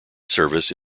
service